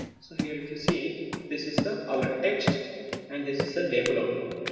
so here if you see this is the alert text and this is the label output.